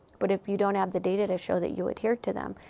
but if you don't have the data to show that you adhered to them.